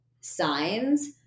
signs